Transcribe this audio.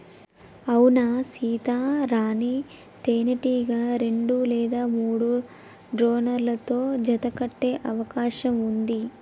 అవునా సీత, రాణీ తేనెటీగ రెండు లేదా మూడు డ్రోన్లతో జత కట్టె అవకాశం ఉంది